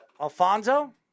Alfonso